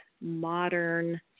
modern